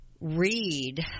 read